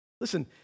Listen